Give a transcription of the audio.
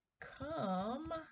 come